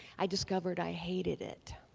i discovered i hated it.